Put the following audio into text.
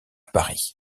paris